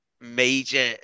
major